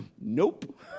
nope